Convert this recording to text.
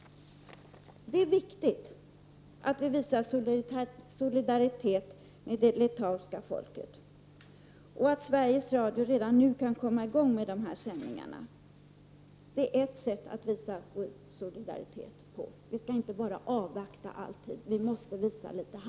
Det är riktigt att vi visar solidaritet med det litauiska folket och att Sveriges Radio redan nu kan komma i gång med dessa sändningar. Detta är ett sätt att visa vår solidaritet. Vi skall inte alltid avvakta, utan vi måste visa litet